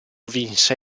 vinse